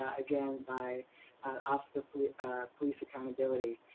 again, by officers of police accountability.